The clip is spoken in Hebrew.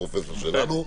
הפרופסור שלנו,